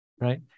right